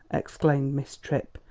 exclaimed miss tripp,